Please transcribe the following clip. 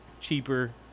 cheaper